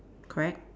correct